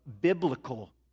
biblical